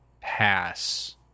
pass